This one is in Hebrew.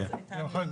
היא יכולה לסטות ממנו.